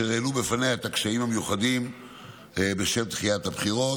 אשר העלו בפניה את הקשיים המיוחדים בשל דחיית הבחירות,